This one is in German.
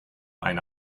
eine